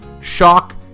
Shock